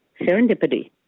Serendipity